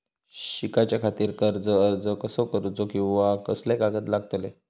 शिकाच्याखाती कर्ज अर्ज कसो करुचो कीवा कसले कागद लागतले?